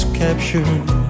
captured